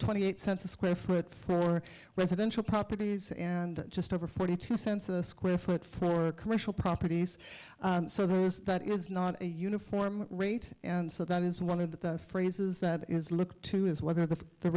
twenty eight cents a square foot for for residential properties and just over forty two cents a square foot for commercial properties so there's that is not a uniform rate and so that is one of the phrases that is looked to is whether the